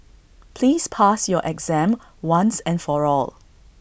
please pass your exam once and for all